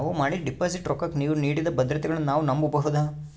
ನಾವು ಮಾಡಿದ ಡಿಪಾಜಿಟ್ ರೊಕ್ಕಕ್ಕ ನೀವು ನೀಡಿದ ಭದ್ರತೆಗಳನ್ನು ನಾವು ನಂಬಬಹುದಾ?